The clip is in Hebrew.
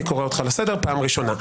אני קורא אותך לסדר פעם ראשונה.